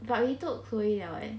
but we told fu yu liao eh